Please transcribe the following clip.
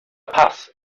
paz